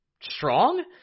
strong